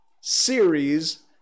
series